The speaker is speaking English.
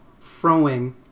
throwing